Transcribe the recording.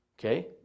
okay